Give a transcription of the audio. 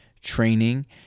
training